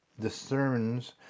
discerns